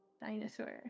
dinosaur